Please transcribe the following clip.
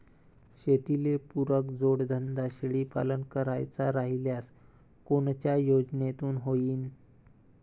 शेतीले पुरक जोडधंदा शेळीपालन करायचा राह्यल्यास कोनच्या योजनेतून होईन?